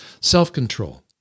self-control